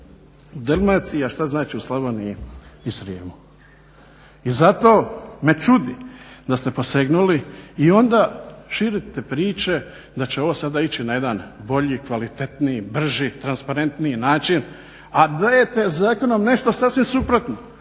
Dalmacija, šta znači u Slavoniji i Srijemu. I zato me čudi da ste posegnuli i onda širite priče da će ovo sada ići na jedan bolji, kvalitetniji, brži, transparentniji način a dajete zakonom nešto sasvim suprotno.